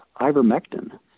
ivermectin